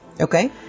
Okay